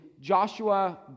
Joshua